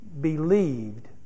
Believed